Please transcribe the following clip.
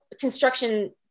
construction